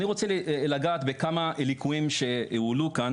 אני רוצה לגעת בכמה ליקויים שהועלו כאן